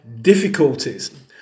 difficulties